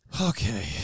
Okay